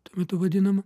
tuo metu vadinama